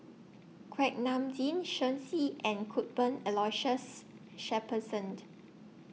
Kuak Nam Jin Shen Xi and Cuthbert Aloysius Shepherdsont